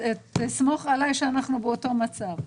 תסמוך עליי שאנחנו באותו מצב.